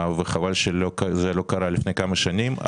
וחבל שזה לא קרה לפני כמה שנים.